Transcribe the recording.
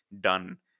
done